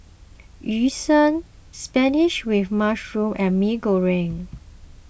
Yu Sheng Spinach with Mushroom and Mee Goreng